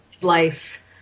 life